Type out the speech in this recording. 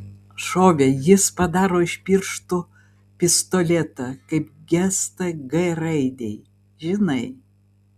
šovė jis padaro iš pirštų pistoletą kaip gestą g raidei žinai